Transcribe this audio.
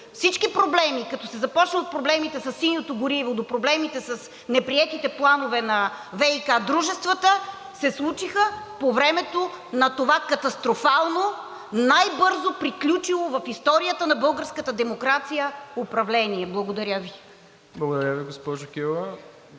Всички проблеми, като се започне от проблемите със синьото гориво до проблемите с неприетите планове за ВиК дружествата, се случиха по времето на това катастрофално, най-бързо приключило в историята на българската демокрация, управление. Благодаря Ви. ПРЕДСЕДАТЕЛ МИРОСЛАВ